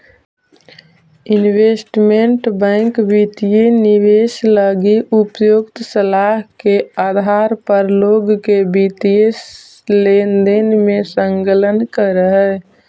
investment bank वित्तीय निवेश लगी उपयुक्त सलाह के आधार पर लोग के वित्तीय लेनदेन में संलग्न करऽ हइ